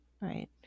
right